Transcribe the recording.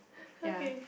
yeah